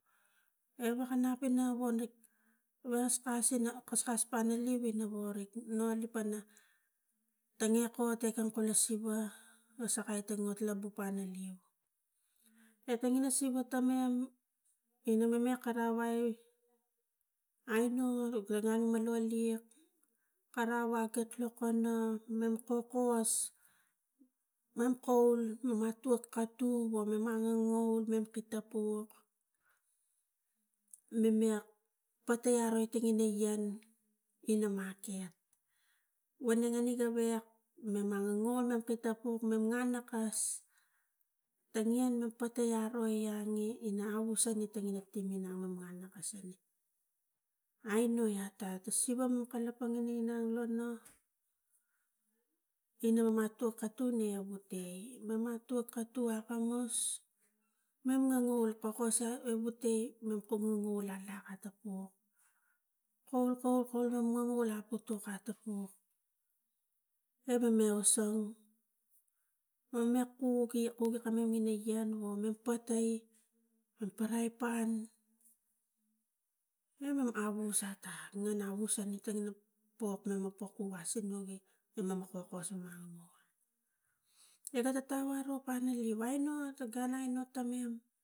Evokanap ina vonik vas kasina kaskas pana neu ina vori na gipapa tangi apo te kalkul lo siva o sakai ta ngot labu panaleu, etengina siva temem inime kavai ai nu gavan vanvan liak kara wa kek lokono mam kokovas mam kaul mama tiak katu o mema ngangavul mem ki tapuk mam ia patai aro tangina ian ina maket vilingini gavek mama ngangavul mem katapuk mam ngan akas, te ian nuk patai aro iange ina ausang itangi na tinge na manakas anek aino ata ta siva nu kalapang inang na nu ino atwak katung ina vote atwak atu akamus mam nganu e pokos e ebutai num kum ngunguvul alak ata pok, kaul kaul kaul mam man mam laktapuk atapuk e mam ia aso mem ma kuk a kuge kamem ina ian wogi patai ma paraipan e mam aus ata nung aus inatang ina pok nu wasunuge imamam kokos mamot iga ga taralo pana leu why nu ta gun ai nu.